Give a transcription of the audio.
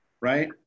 right